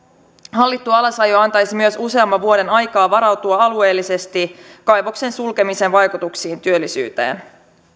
hallittu alasajo antaisi myös useamman vuoden aikaa varautua alueellisesti kaivoksen sulkemisen vaikutuksiin työllisyyteen